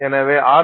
எனவே ஆர்